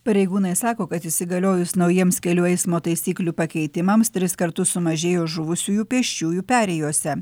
pareigūnai sako kad įsigaliojus naujiems kelių eismo taisyklių pakeitimams tris kartus sumažėjo žuvusiųjų pėsčiųjų perėjose